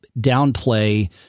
downplay